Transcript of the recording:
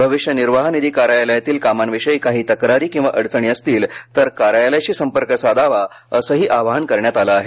भविष्य निर्वाह निधी कार्यालयातील कामांविषयी काही तक्रारी किंवा अडचणी असतील तर कार्यालयाशी संपर्क साधावा असंही आवाहन करण्यात आलं आहे